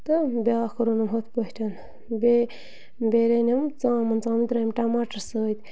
تہٕ بیٛاکھ روٚنُم ہُتھٕ پٲٹھۍ بیٚیہِ بیٚیہِ رٔنِم ژامَن ژامَن ترٛٲوِم ٹماٹر سۭتۍ